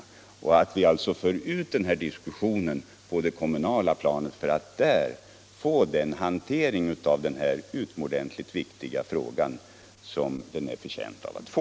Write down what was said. Vi måste alltså föra ut diskussionen på det kommunala planet för att där få den hantering av denna utomordentligt viktiga fråga som den är förtjänt av att få.